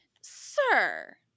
sir